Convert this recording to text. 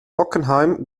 bockenheim